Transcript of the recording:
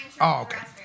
okay